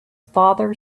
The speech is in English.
father